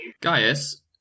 Gaius